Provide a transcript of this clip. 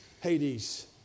Hades